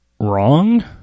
wrong